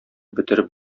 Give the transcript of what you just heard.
бетереп